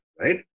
right